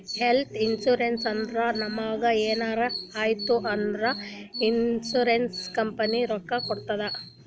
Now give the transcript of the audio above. health insurance ಅಂದುರ್ ನಮುಗ್ ಎನಾರೇ ಆಯ್ತ್ ಅಂದುರ್ ಇನ್ಸೂರೆನ್ಸ್ ಕಂಪನಿ ರೊಕ್ಕಾ ಕೊಡ್ತುದ್